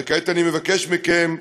וכעת אני מבקש מכם,